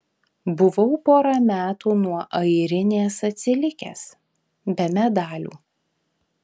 buvau porą metų nuo airinės atsilikęs be medalių